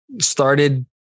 started